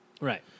Right